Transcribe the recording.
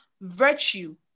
virtue